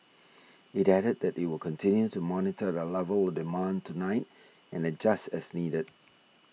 it added that it will continue to monitor the level of demand tonight and adjust as needed